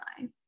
life